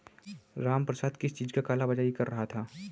रामप्रसाद किस चीज का काला बाज़ारी कर रहा था